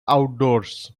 outdoors